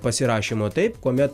pasirašymo taip kuomet